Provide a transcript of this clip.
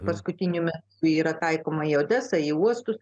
paskutiniu metu yra taikoma į odesą į uostus